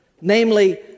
Namely